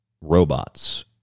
robots